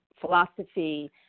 philosophy